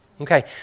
Okay